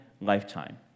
lifetime